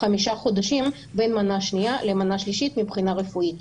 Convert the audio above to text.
חמישה חודשים בין המנה השנייה למנה שלישית מבחינה רפואית,